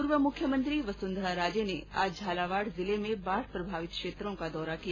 पूर्व मुख्यमंत्री वसुंधरा राजे ने आज झालावाड जिले में बाढ़ प्रभावित क्षेत्रों का दौरा किया